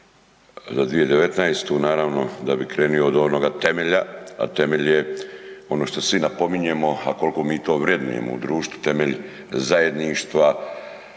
za 2019. naravno, da bi krenuo od onoga temelja a temelj je ono što svi napominjemo a koliko mi to vrednujemo u društvu, temelj zajedništva